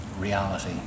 reality